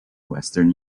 western